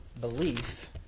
belief